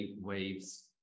waves